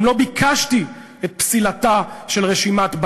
גם לא ביקשתי את רשימת בל"ד,